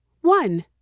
One